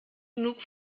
genug